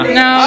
no